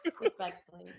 respectfully